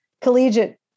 collegiate